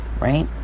right